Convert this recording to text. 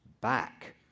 back